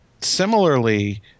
Similarly